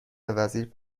وزیر